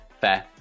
Fair